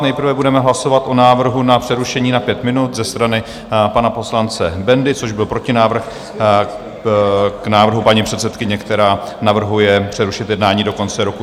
Nejprve budeme hlasovat o návrhu na přerušení na pět minut ze strany pana poslance Bendy, což byl protinávrh k návrhu paní předsedkyně, která navrhuje přerušit jednání do konce roku 2022.